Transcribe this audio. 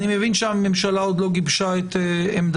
אני מבין שהממשלה עוד לא גיבשה את עמדתה,